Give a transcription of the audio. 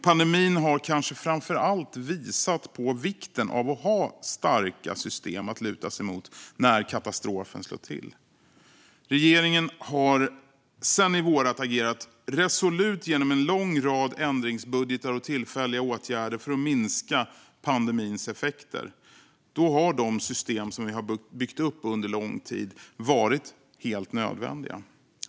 Pandemin har kanske framför allt visat på vikten av att ha starka system att luta sig mot när katastrofen slår till. Regeringen har sedan i våras agerat resolut genom en lång rad ändringsbudgetar och tillfälliga åtgärder för att minska pandemins effekter. Då har de system som vi har byggt upp under lång tid varit helt nödvändiga.